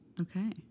Okay